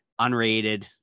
unrated